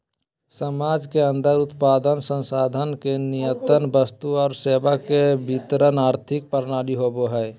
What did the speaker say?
समाज के अन्दर उत्पादन, संसाधन के नियतन वस्तु और सेवा के वितरण आर्थिक प्रणाली होवो हइ